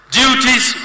duties